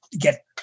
get